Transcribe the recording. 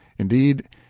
indeed,